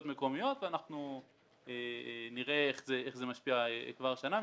מקומיות ואנחנו נראה איך זה משפיע כבר השנה.